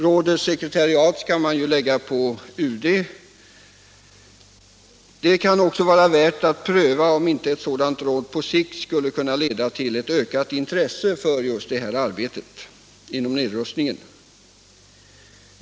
Rådets sekretariat borde förläggas till UD. Det kan också vara värt att pröva om inte ett sådant råd på sikt skulle kunna leda till ett ökat intresse för nedrustningsarbetet.